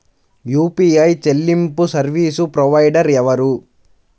UPI చెల్లింపు service provider ఎవరు?